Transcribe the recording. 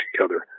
together